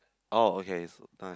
oh okay